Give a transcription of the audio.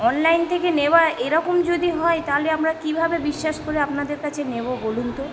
online থেকে নেওয়া এরকম যদি হয় তাহলে আমরা কীভাবে বিশ্বাস করে আপনাদের কাছে নেব বলুন তো